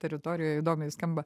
teritorijoje įdomiai skamba